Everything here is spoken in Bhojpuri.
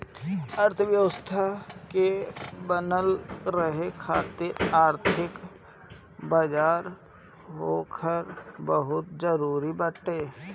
अर्थव्यवस्था के बनल रहे खातिर आर्थिक बाजार होखल बहुते जरुरी बाटे